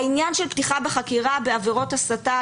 העניין של פתיחה בחקירה בעבירות הסתה,